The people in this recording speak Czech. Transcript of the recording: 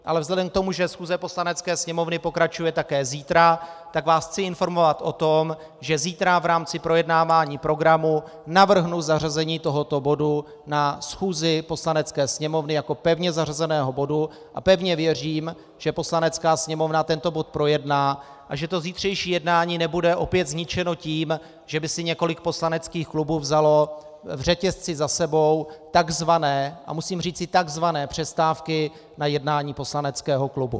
Ale vzhledem k tomu, že schůze Poslanecké sněmovny pokračuje také zítra, tak vás chci informovat o tom, že zítra v rámci projednávání programu navrhnu zařazení tohoto bodu na schůzi Poslanecké sněmovny jako pevně zařazeného bodu, a pevně věřím, že Poslanecká sněmovna tento bod projedná a že zítřejší jednání nebude opět zničeno tím, že by si několik poslaneckých klubů vzalo v řetězci za sebou takzvané a musím říci takzvané přestávky na jednání poslaneckého klubu.